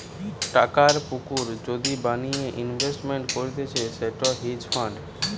টাকার পুকুর যদি বানিয়ে ইনভেস্টমেন্ট করতিছে সেটা হেজ ফান্ড